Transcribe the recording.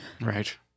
Right